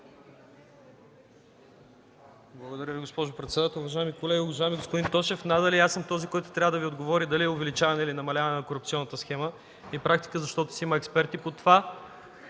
Благодаря Ви, госпожо председател. Уважаеми колеги! Уважаеми господин Тошев, надали аз съм този, който трябва да Ви отговори дали е увеличаване или намаляване на корупционната схема и практика, защото си има експерти по това.